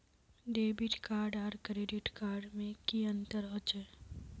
Debit card आर credit card में की अंतर होचे?